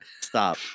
Stop